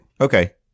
Okay